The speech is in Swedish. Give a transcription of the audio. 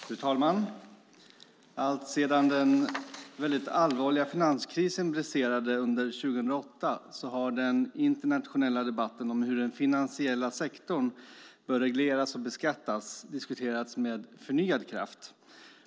Fru talman! Alltsedan den väldigt allvarliga finanskrisen briserade under 2008 har den internationella debatten om hur den finansiella sektorn bör regleras och beskattas diskuterats med förnyad kraft.